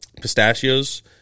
pistachios